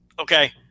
Okay